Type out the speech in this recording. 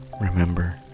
Remember